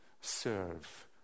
serve